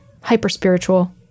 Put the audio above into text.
hyper-spiritual